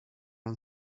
and